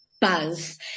buzz